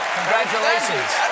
Congratulations